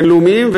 בין-לאומיים,